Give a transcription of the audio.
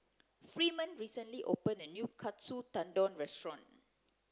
freeman recently opened a new Katsu Tendon restaurant